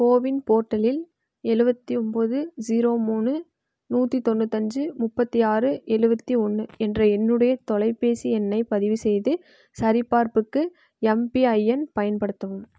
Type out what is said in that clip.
CoWIN போர்ட்டலில் எழுவத்தி ஒன்போது ஜீரோ மூணு நூற்றி தொண்ணூத்தஞ்சு முப்பத்தியாறு எழுவத்தி ஒன்று என்ற என்னுடைய தொலைபேசி எண்ணைப் பதிவு செய்து சரிபார்ப்புக்கு எம்பிஐஎன் பயன்படுத்தவும்